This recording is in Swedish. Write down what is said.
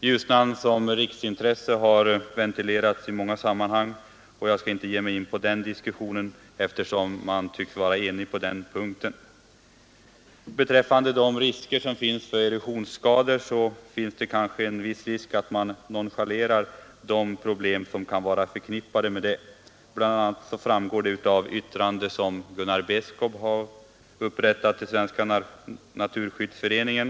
Ljusnan som riksintresse har ventilerats i många sammanhang, och jag skall här inte ge mig in på den diskussionen, eftersom man tycks vara enig på den punkten. Beträffande risken för erosionsskador finns det kanske en viss fara för att man nonchalerar de problem som kan vara förknippade härmed. Detta framgår av det yttrande som Gunnar Beskow gjort till Svenska naturskyddsföreningen.